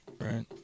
Right